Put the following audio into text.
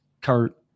Kurt